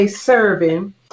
serving